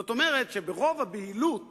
זאת אומרת, שמרוב הבהילות